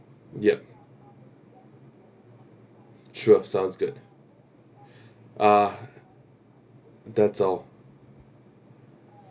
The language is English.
yup sure sounds good uh that's all